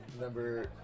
number